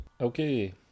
Okay